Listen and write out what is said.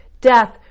death